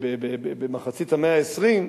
במחצית המאה ה-20.